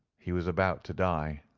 he was about to die.